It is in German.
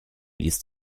liest